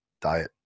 diet